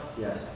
Yes